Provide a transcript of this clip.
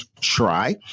try